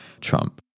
Trump